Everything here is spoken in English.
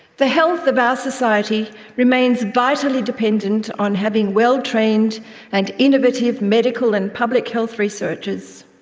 the health of our society remains vitally dependent on having well-trained and innovative medical and public health researchers.